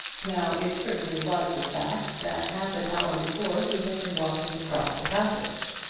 now it certainly was the fact that half an hour before he had been walking across the passage.